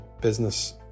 business